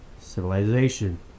civilization